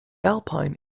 alpine